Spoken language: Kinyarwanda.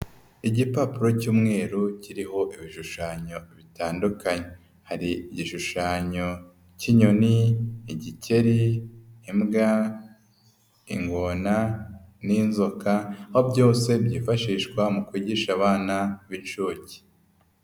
Igipapuro cy'umweru kiriho ibishushanyo bitandukanye, hari igishushanyo k'inyoni, igikeri, imbwa, ingona n'inzoka aho byose byifashishwa mu kwigisha abana b'inshuke.